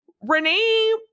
Renee